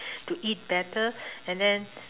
to eat better and then